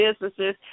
businesses